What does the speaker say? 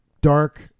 dark